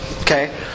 Okay